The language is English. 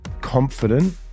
confident